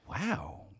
Wow